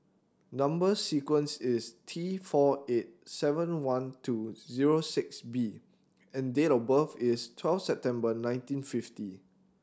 number sequence is T four eight seven one two zero six B and date of birth is twelve September nineteen fifty